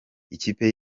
ikipe